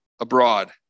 abroad